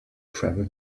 travel